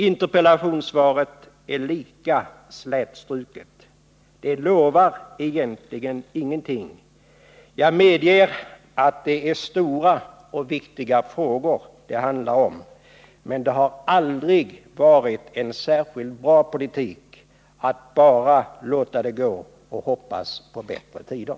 Interpellationssvaret är lika slätstruket. Det lovar egentligen ingenting. Jag medger att det är stora och viktiga frågor det handlar om, men det har aldrig varit en särskilt bra politik att bara låta det gå och hoppas på bättre tider.